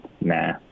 nah